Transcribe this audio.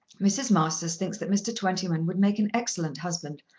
mrs. masters thinks that mr. twentyman would make an excellent husband.